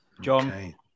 John